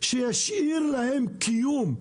שתשאיר להם קיום.